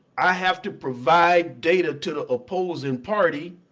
i have to provide data to the opposing party,